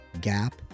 Gap